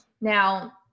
Now